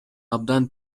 абдан